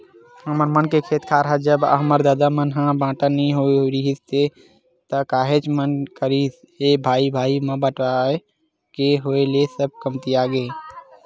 हमर मन के खेत खार ह जब हमर ददा मन ह बाटा नइ होय रिहिस हे ता काहेच कन रिहिस हे भाई भाई म बाटा के होय ले सब कमतियागे